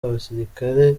abasirikare